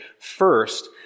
First